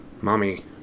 Mommy